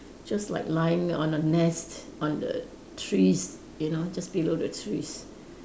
just like lying on the nest on the trees you know just below the trees